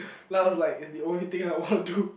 now it's like is the only thing I wanna do